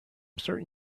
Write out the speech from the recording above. certain